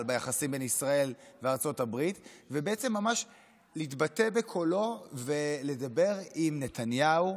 ביחסים בין ישראל לארצות הברית ובעצם ממש להתבטא בקולו ולדבר עם נתניהו,